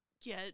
get